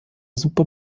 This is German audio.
super